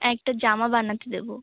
একটা জামা বানাতে দেবো